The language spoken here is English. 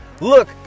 look